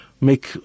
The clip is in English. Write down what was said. make